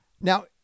Now